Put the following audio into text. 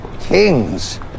kings